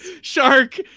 Shark